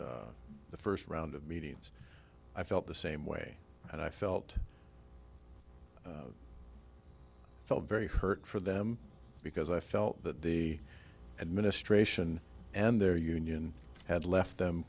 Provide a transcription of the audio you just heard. the first round of meetings i felt the same way and i felt i felt very hurt for them because i felt that the administration and their union had left them